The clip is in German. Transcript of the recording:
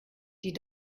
die